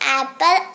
apple